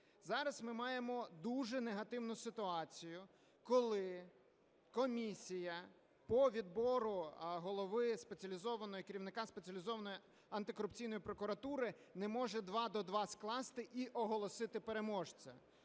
Зараз ми маємо дуже негативну ситуацію, коли комісія по відбору голови спеціалізованої, керівника Спеціалізованої антикорупційної прокуратури не може два до два скласти і оголосити переможця.